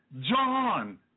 John